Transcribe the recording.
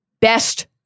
best